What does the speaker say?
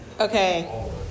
Okay